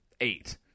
eight